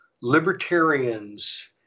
libertarians